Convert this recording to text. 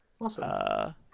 Awesome